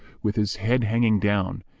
with his head hanging down,